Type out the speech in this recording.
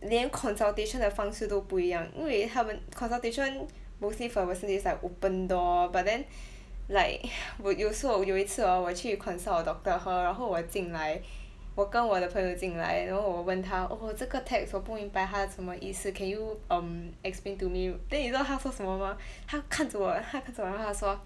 连 consultation 的方式都不一样因为他们 consultation mostly for western they just like open door but then like 有时我有一次 hor 我去 consult doctor Herr 然后我进来 我跟我的朋友进来 know 我问他 oh 这个 text 我不明白它什么意思 can you um explain to me then you know 他说什么 mah 他看着我 like 他看着然他说